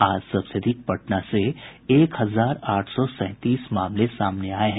आज सबसे अधिक पटना से एक हजार आठ सौ सैंतीस मामले सामने आये हैं